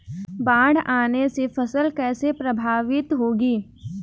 बाढ़ आने से फसल कैसे प्रभावित होगी?